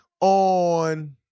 on